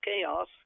chaos